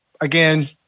again